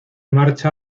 marcha